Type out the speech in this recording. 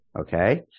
Okay